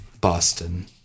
Boston